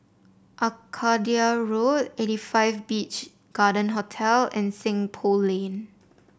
Arcadia Road Eighty Five Beach Garden Hotel and Seng Poh Lane